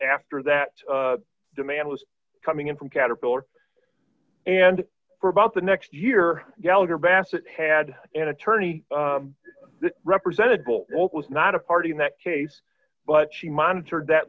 after that demand was coming in from caterpillar and for about the next year gallagher bassett had an attorney who represented both what was not a party in that case but she monitored that